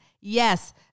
Yes